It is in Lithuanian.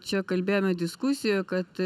čia kalbėjome diskusijoj kad